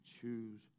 choose